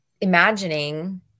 imagining